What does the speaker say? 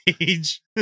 age